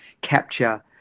capture